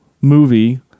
movie